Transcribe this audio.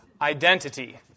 identity